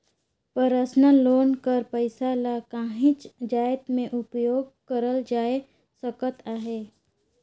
personal loan कर पइसा ल काहींच जाएत में उपयोग करल जाए सकत अहे